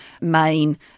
main